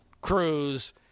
Cruz